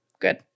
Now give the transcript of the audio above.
Good